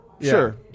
Sure